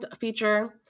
feature